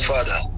Father